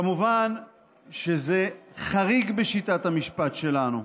כמובן שזה חריג בשיטת המשפט שלנו.